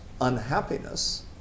unhappiness